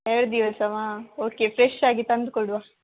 ಎರಡು ದಿವಸ okay fresh ಆಗಿ ತಂದು ಕೊಡುವ